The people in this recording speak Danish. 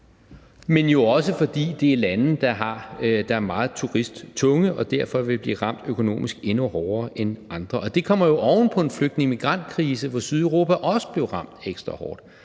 men jo også, fordi det er lande, der er meget turisttunge og derfor vil blive ramt endnu hårdere økonomisk end andre. Det kommer jo oven på en flygtninge/migrantkrise, hvor Sydeuropa også blev ramt ekstra hårdt,